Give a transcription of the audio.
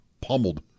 pummeled